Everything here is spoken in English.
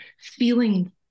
feeling